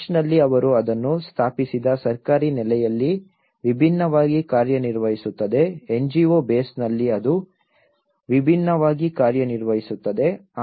ಚರ್ಚ್ನಲ್ಲಿ ಅವರು ಅದನ್ನು ಸ್ಥಾಪಿಸಿದ ಸರ್ಕಾರಿ ನೆಲೆಯಲ್ಲಿ ವಿಭಿನ್ನವಾಗಿ ಕಾರ್ಯನಿರ್ವಹಿಸುತ್ತದೆ NGO ಬೇಸ್ನಲ್ಲಿ ಅದು ವಿಭಿನ್ನವಾಗಿ ಕಾರ್ಯನಿರ್ವಹಿಸುತ್ತದೆ